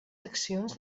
accions